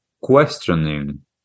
Questioning